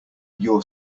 your